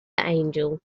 angel